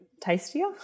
tastier